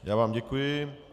Já vám děkuji.